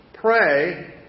pray